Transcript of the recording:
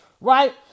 right